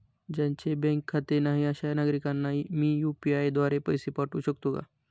ज्यांचे बँकेत खाते नाही अशा नागरीकांना मी यू.पी.आय द्वारे पैसे पाठवू शकतो का?